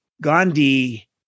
Gandhi